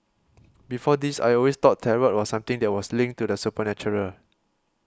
before this I always thought Tarot was something that was linked to the supernatural